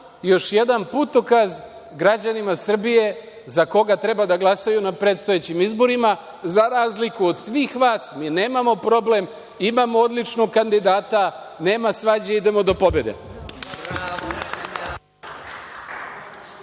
još jedan putokaz građanima Srbije za koga treba da glasaju na predstojećim izborima. Za razliku od svih vas, mi nemamo problem, imamo odličnog kandidata, nema svađe, idemo do pobede.